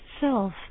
self